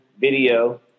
video